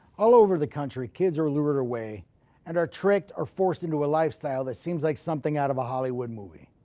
all over the country kids are lured away and are tricked or forced into a lifestyle that seems like something out of a hollywood movie,